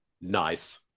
Nice